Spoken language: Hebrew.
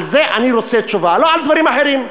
על זה אני רוצה תשובה, לא על דברים אחרים.